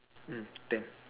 mm ten